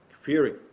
fearing